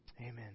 Amen